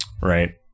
Right